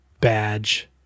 badge